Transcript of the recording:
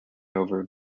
over